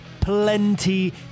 plenty